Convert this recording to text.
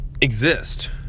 Exist